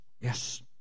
yes